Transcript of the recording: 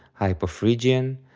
hypophrygian,